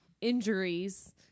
injuries